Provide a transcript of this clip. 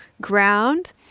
ground